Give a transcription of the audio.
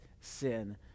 sin